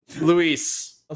Luis